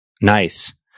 Nice